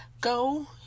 go